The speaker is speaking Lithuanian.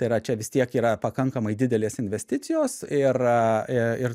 tai yra čia vis tiek yra pakankamai didelės investicijos ir ė ir